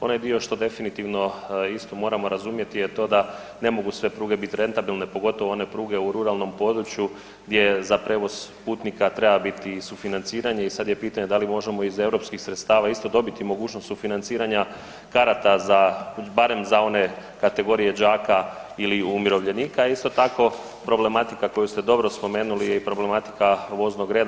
Onaj dio što definitivno isto moramo razumjeti je to da ne mogu sve pruge biti rentabilne, pogotovo one pruge u ruralnom području gdje za prijevoz putnika treba biti i sufinanciranje i sad je pitanje da li možemo iz europskih sredstava isto dobiti mogućnost sufinanciranja karata za, barem za one kategorije đaka ili umirovljenika, a isto tako problematika koju ste dobro spomenuli je i problematika voznog reda.